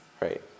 Right